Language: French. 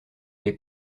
les